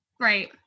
Right